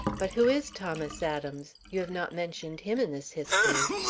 but who is thomas adams? you have not mentioned him in this history.